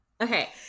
Okay